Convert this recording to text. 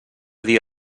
dir